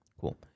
Cool